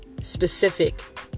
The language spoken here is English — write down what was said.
specific